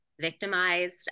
victimized